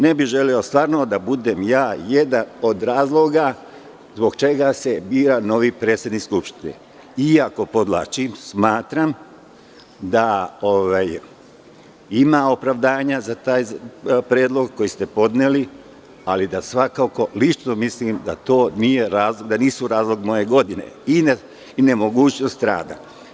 Ne bih želeo da budem jedan od razloga zbog čega se bira novi potpredsednik Skupštine, iako, podvlačim, smatram da ima opravdanja za taj predlog koji ste podneli, ali svakako lično mislim da nisu razlog moje godine i nemogućnost rada.